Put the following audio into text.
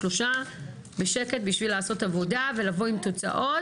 שלושה בשקט בשביל לעשות עבודה ולבוא עם תוצאות